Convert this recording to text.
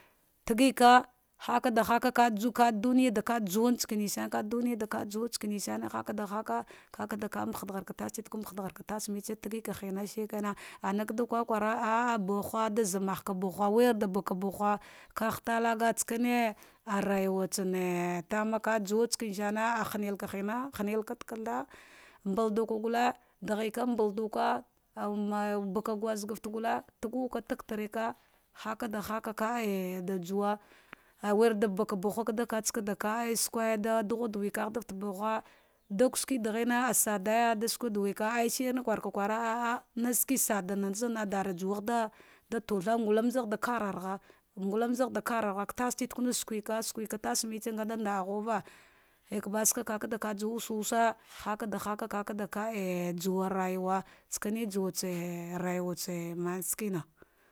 Tagika haka da daka ju ka duniya da juwa in tsamsane hakada haka kakada mba darghar hadar tastigue mbahdargha tasmetse tagivahm a ana kada kukwara ah puhu, man mahale baha vagh talaga tsane isakane arayuwa tsame tama ajuwa skane sane ah hawrelkahina ahan hulka da kagho mbaduka gute, dagheka mbalda ka au maina baka gaskette gate, guva tsaterika haka da haka ah da juwa aya weri da bava bahu kada katsa kulta dafata buha dahine da suka da wuka aya shirna kurka kwara naske sadana zanna'a glarjuwa da tugha ngu in zahda kagrahgha, ngamul zahda kararagh ka tastitegue nada sukeka sakewka tasmetsu ngada nda ah kuwa, ekbasaka kaju svusuwwa kakada ka ah wusu wasa haka da haka ajuwa rayuwa tsane juwatse rayuwa eymam skena.